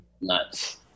nuts